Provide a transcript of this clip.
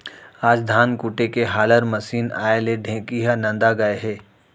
आज धान कूटे के हालर मसीन आए ले ढेंकी ह नंदा गए हे